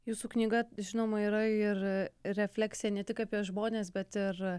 jūsų knyga žinoma yra ir refleksija ne tik apie žmones bet ir